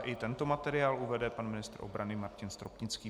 I tento materiál uvede pan ministr obrany Martin Stropnický.